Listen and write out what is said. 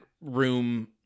room